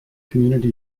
community